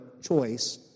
choice